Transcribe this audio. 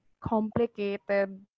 complicated